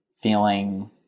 feeling